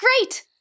Great